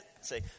say